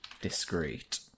Discreet